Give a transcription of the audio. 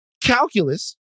calculus